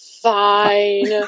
fine